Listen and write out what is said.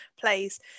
plays